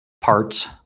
Parts